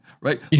right